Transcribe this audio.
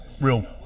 real